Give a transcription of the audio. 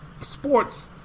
sports